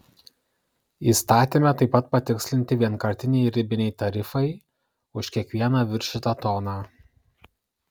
įstatyme taip pat patikslinti vienkartiniai ribiniai tarifai už kiekvieną viršytą toną